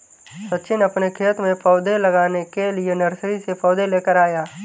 सचिन अपने खेत में पौधे लगाने के लिए नर्सरी से पौधे लेकर आया